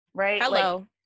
hello